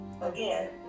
again